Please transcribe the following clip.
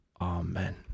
Amen